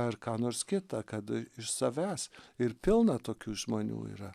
ar ką nors kitą kad iš savęs ir pilna tokių žmonių yra